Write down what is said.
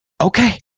Okay